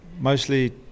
mostly